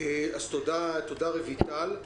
תודה רויטל.